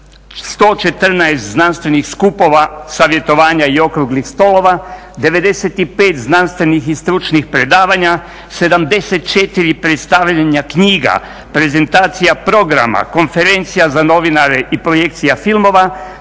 114 znanstvenih skupova, savjetovanja i okruglih stolova, 95 znanstvenih i stručnih predavanja, 74 predstavljanja knjiga, prezentacija programa, konferencija za novinare i projekcija filmova,